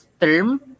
term